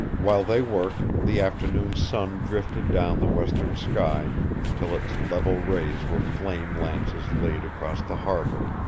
while they worked, the afternoon sun drifted down the western sky till its level rays were flame lances laid across the harbor.